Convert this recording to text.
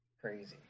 Crazy